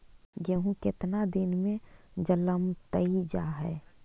गेहूं केतना दिन में जलमतइ जा है?